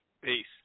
Peace